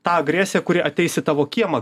tą agresiją kuri ateis į tavo kiemą